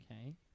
Okay